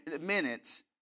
minutes